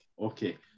Okay